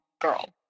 girl